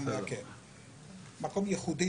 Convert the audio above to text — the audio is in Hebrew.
זה מקום ייחודי